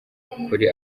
kuri